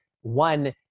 one